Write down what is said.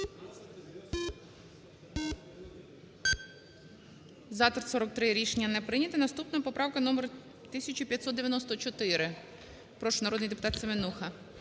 За-43 Рішення не прийнято. Наступна поправка номер 1594. Прошу, народний депутат Семенуха.